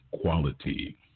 quality